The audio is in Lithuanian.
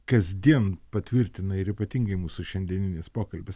kasdien patvirtina ir ypatingai mūsų šiandieninis pokalbis